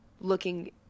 looking